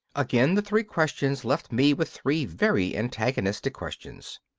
again the three questions left me with three very antagonistic questions.